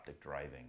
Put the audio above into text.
driving